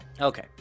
Okay